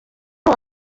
uwo